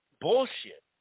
bullshit